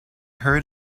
heard